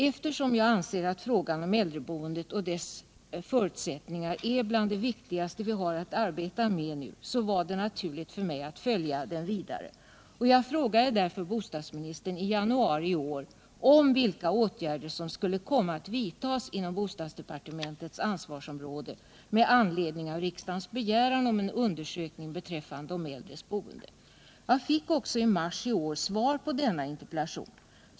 Eftersom jag anser att frågan om äldreboendet och dess förutsättningar är bland det viktigaste vi har att arbeta med nu, så var det naturligt för mig att följa frågan vidare. Jag frågade därför bostadsministern i januari i år vilka åtgäder som skulle komma att vidtas inom bostadsdepartementets ansvarsområde med anledning av riksdagens begäran om en undersökning beträffande de äldres boende. Jag fick också i mars i år svar på denna interpellation.